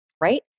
right